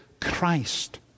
Christ